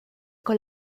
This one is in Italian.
con